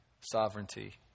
sovereignty